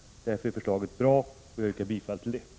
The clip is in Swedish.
Därför är förslaget bra, och jag yrkar bifall till det.